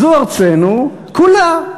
זו ארצנו כולה.